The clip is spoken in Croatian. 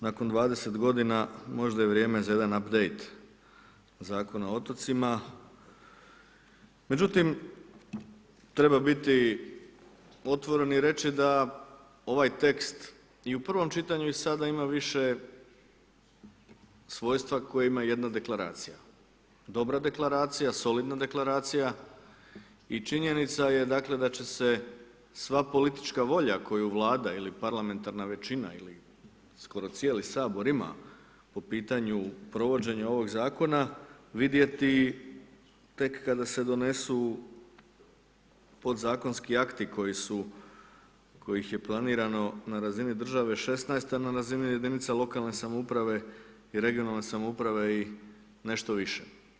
Nakon 20 godina možda je i vrijeme za jedan napravit Zakon o otocima, međutim treba biti otvoren i reći da ovaj tekst i u prvom čitanju i sada ima više svojstva koja ima jedna deklaracija, dobra deklaracija, solidna deklaracija i činjenica je dakle da će se sva politička volja, koju Vlada ili parlamentarna većina ili skoro cijeli sabor ima po pitanju provođenja ovog zakona vidjeti tek kada se donesu podzakonski akti kojih je planirano na razini države 16, a na razini jedinica lokalne samouprave i regionalne samouprave i nešto više.